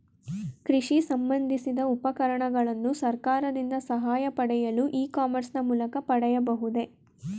ಕೃಷಿ ಸಂಬಂದಿಸಿದ ಉಪಕರಣಗಳನ್ನು ಸರ್ಕಾರದಿಂದ ಸಹಾಯ ಪಡೆಯಲು ಇ ಕಾಮರ್ಸ್ ನ ಮೂಲಕ ಪಡೆಯಬಹುದೇ?